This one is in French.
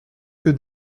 que